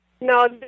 No